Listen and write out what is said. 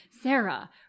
Sarah